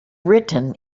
written